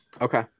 Okay